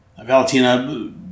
Valentina